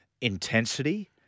intensity